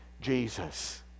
Jesus